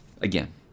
again